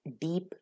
deep